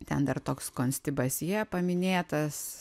ten dar toks konstibasjė paminėtas